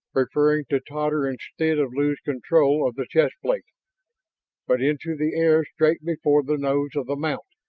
preferring to totter instead of lose control of the chest plate but into the air straight before the nose of the mount.